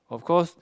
of course